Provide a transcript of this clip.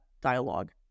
dialogue